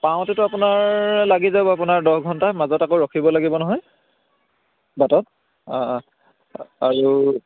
পাওঁতেতো আপোনাৰ লাগি যাব আপোনাৰ দহ ঘণ্টা মাজত আকৌ ৰখিব লাগিব নহয় বাটত অঁ অঁ আৰু